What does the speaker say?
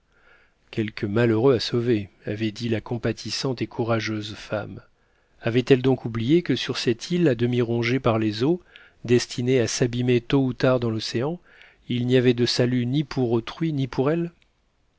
quelque malheureux à sauver avait dit la compatissante et courageuse femme avait-elle donc oublié que sur cette île à demi rongée par les eaux destinée à s'abîmer tôt ou tard dans l'océan il n'y avait de salut ni pour autrui ni pour elle